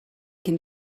can